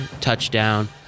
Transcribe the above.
Touchdown